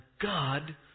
God